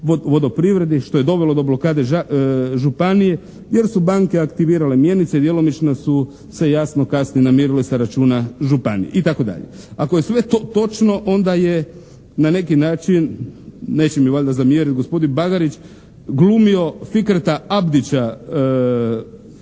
što je dovelo do blokade županije jer su banke aktivirale mjenice, djelomično su se jasno kasnije namirile sa računa županije, itd. Ako je sve to točno onda je na neki način, neće mi valjda zamjeriti gospodin Bagarić, glumio Fikreta Abdića,